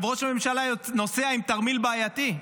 ראש הממשלה נוסע עם תרמיל בעייתי,